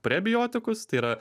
prebiotikus tai yra